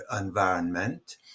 environment